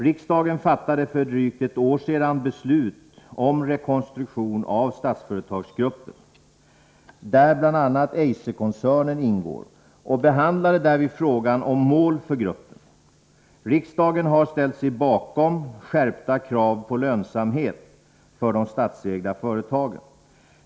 Riksdagen fattade för drygt ett år sedan beslut om rekonstruktion av Statsföretagsgruppen, där bl.a. Eiserkoncernen ingår, och behandlade därvid frågan om mål för gruppen. Riksdagen har ställt sig bakom skärpta krav på lönsamhet för de statsägda företagen.